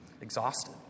exhausted